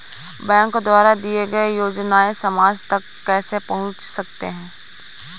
Bank द्वारा दिए गए योजनाएँ समाज तक कैसे पहुँच सकते हैं?